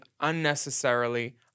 unnecessarily